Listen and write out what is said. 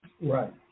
right